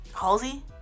Halsey